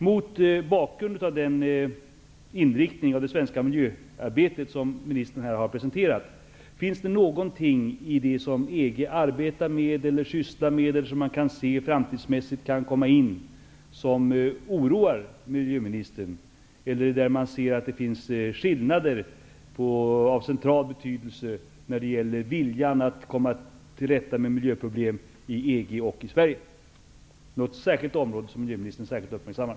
Mot bakgrund av den inriktning i det svenska miljöarbetet som miljöministern här har redogjort för vill jag fråga: Finns det någonting i det som EG arbetar med, eller i det som man i framtiden kan se komma in, som oroar miljöministern? Ser man skillnader av central betydelse när det gäller viljan att komma till rätta med miljöproblemen inom EG och i Sverige? Är det något särskilt område som miljöministern särskilt har uppmärksammat?